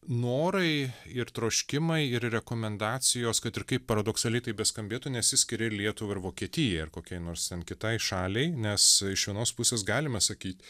norai ir troškimai ir rekomendacijos kad ir kaip paradoksaliai tai beskambėtų nesiskiria ir lietuvai ir vokietijai ar kokiai nors ten kitai šaliai nes iš vienos pusės galime sakyt